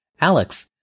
Alex